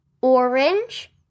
orange